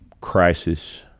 crisis